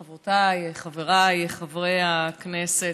חברותיי, חבריי חברי הכנסת,